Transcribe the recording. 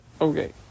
Okay